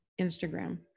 Instagram